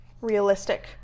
realistic